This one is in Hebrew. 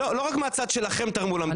לא רק מהצד שלכם תרמו למדינה את יודעת,